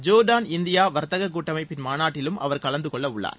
Jordan India வர்த்தக கூட்டமைப்பின் மாநாட்டிலும் அவர் கலந்துகொள்ள உள்ளார்